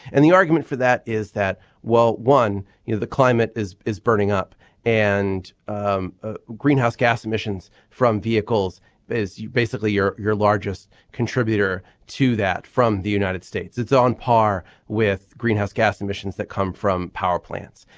and the argument for that is that well one you know the climate is is burning up and um ah greenhouse gas emissions from vehicles is basically your your largest contributor to that from the united states it's on par with greenhouse gas emissions that come from power plants.